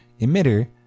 emitter